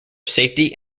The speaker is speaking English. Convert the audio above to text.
safety